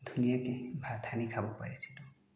ধুনীয়াকৈ ভাত সানি খাব পাৰিছিলোঁ